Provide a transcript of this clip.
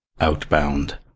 Outbound